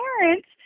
parents